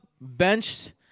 benched